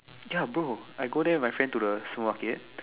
ya bro I go there with my friend to the supermarket